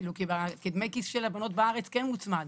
כאילו, כי דמי כיס של הבנות בארץ כן מוצמד.